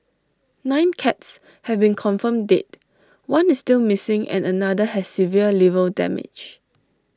nine cats have been confirmed dead one is still missing and another has severe liver damage